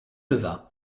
leva